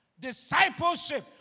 Discipleship